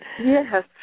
Yes